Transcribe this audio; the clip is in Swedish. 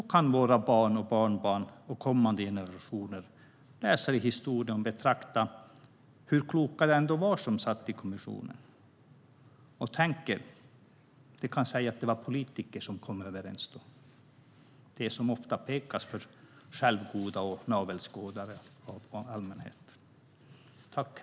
Då kan våra barn och barnbarn och kommande generationer läsa om historien och betrakta hur kloka de som satt i kommissionen ändå var. Och tänk er, de kan då säga att det var politiker som kom överens, de som ofta av allmänheten pekas ut som självgoda och som navelskådare.